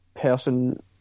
person